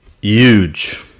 huge